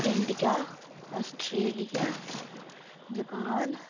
India Australia Japan